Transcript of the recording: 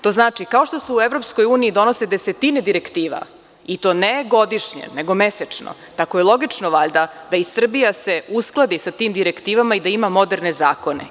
To znači kao što se u EU donose desetine direktiva i to ne godišnje nego mesečno, tako je logično valjda da se i Srbija uskladi sa tim direktivama i da ima moderne zakone.